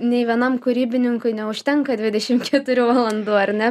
nei vienam kūrybininkui neužtenka dvidešim keturių valandų ar ne